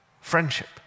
Friendship